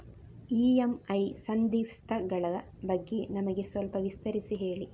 EMI ಸಂಧಿಸ್ತ ಗಳ ಬಗ್ಗೆ ನಮಗೆ ಸ್ವಲ್ಪ ವಿಸ್ತರಿಸಿ ಹೇಳಿ